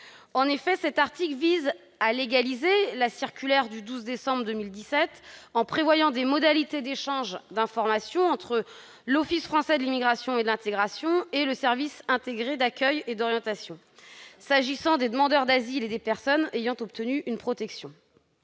En effet, cet article vise à légaliser la circulaire du 12 décembre 2017, en prévoyant des modalités d'échange d'informations entre l'Office français de l'immigration et de l'intégration et le service intégré d'accueil et d'orientation s'agissant des demandeurs d'asile et des personnes ayant obtenu une protection.